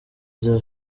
rwa